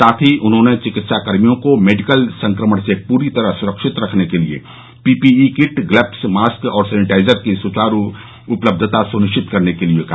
साथ ही उन्होंने चिकित्साकर्मियों को मेडिकल संक्रमण से पूरी तरह सुरक्षित रखने के लिये पीपीई किट ग्लब्स मास्क और सैनिटाइजर की स्चारू उपलब्धता स्निश्चित करने के लिये कहा